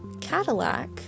Cadillac